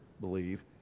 believe